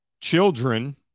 Children